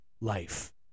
life